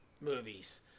movies